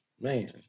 Man